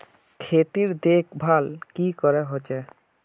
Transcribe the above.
खेतीर देखभल की करे होचे?